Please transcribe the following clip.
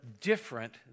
different